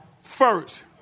first